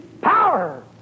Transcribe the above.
power